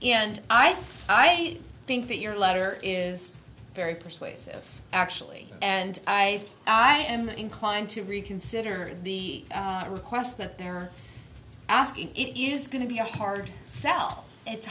think i think that your letter is very persuasive actually and i i am inclined to reconsider the request that they're asking it is going to be a hard sell it's